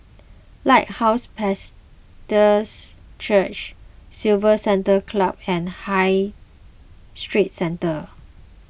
Lighthouse Church Civil Center Club and High Street Centre